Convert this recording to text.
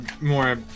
more